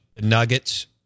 Nuggets